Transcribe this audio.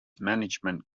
management